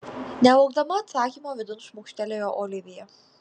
nelaukdama atsakymo vidun šmukštelėjo olivija